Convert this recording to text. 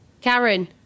Karen